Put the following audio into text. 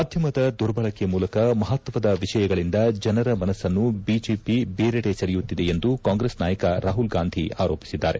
ಮಾಧ್ಯಮದ ದುರ್ಬಳಕೆ ಮೂಲಕ ಮಹತ್ವದ ವಿಷಯಗಳಿಂದ ಜನರ ಮನಸ್ಸನ್ನು ಬಿಜೆಪಿ ಬೇರೆಡೆ ಸೆಳೆಯುತ್ತಿದೆ ಎಂದು ಕಾಂಗ್ರೆಸ್ ನಾಯಕ ರಾಮಲ್ ಗಾಂಧಿ ಆರೋಪಿಸಿದ್ದಾರೆ